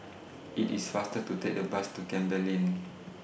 IT IS faster to Take The Bus to Campbell Lane